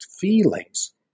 feelings